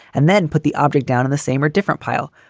and then put the object down in the same or different pile.